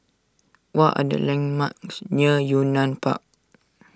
what are the landmarks near Yunnan Park